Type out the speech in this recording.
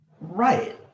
Right